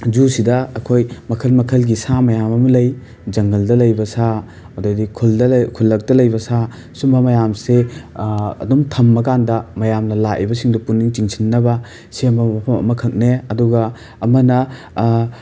ꯖꯨꯁꯤꯗ ꯑꯩꯈꯣꯏ ꯃꯈꯜ ꯃꯈꯜꯒꯤ ꯁꯥ ꯃꯌꯥꯝ ꯑꯃ ꯂꯩ ꯖꯪꯒꯜꯗ ꯂꯩꯕ ꯁꯥ ꯑꯗꯩꯗꯤ ꯈꯨꯜꯗ ꯂꯩ ꯈꯨꯜꯂꯛꯇ ꯂꯩꯕ ꯁꯥ ꯁꯨꯝꯕ ꯃꯌꯥꯝꯁꯦ ꯑꯗꯨꯝ ꯊꯝꯃ ꯀꯥꯟꯗ ꯃꯌꯥꯝꯅ ꯂꯥꯛꯏꯕꯁꯤꯡꯗꯨ ꯄꯨꯛꯅꯤꯡ ꯆꯤꯡꯁꯤꯟꯅꯕ ꯁꯦꯝꯕ ꯃꯐꯝ ꯑꯃꯈꯛꯅꯦ ꯑꯗꯨꯒ ꯑꯃꯅ